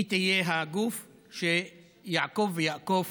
היא תהיה הגוף שיעקוב, ויאכוף